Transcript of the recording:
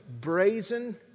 brazen